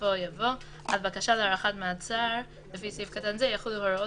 בסופו בא "על בקשה להארכת מעצר לפי סעיף קטן זה יחולו הוראות